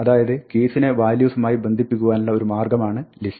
അതായത് keys നെ values മായി ബന്ധിപ്പിക്കുവാനുള്ള ഒരു മാർഗ്ഗമാണ് list